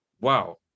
wow